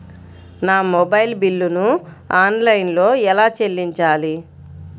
నా మొబైల్ బిల్లును ఆన్లైన్లో ఎలా చెల్లించాలి?